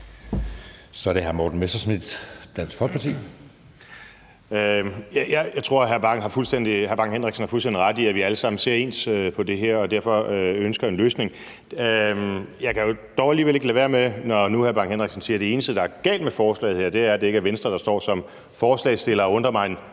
Kl. 13:14 Morten Messerschmidt (DF): Jeg tror, hr. Preben Bang Henriksen har fuldstændig ret i, at vi alle sammen ser ens på det her og derfor ønsker en løsning. Jeg kan dog alligevel ikke lade være med – når nu hr. Preben Bang Henriksen siger, at det eneste, der er galt med forslaget, er, at det ikke er Venstre, der står som forslagsstillere – at undre